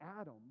Adam